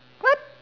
what